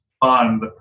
fund